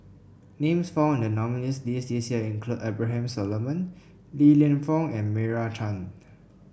names found in the nominees' list this year include Abraham Solomon Li Lienfung and Meira Chand